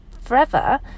forever